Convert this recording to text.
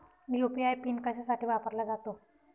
UPI PIN कशासाठी वापरला जातो?